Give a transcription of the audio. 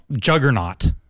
Juggernaut